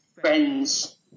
friends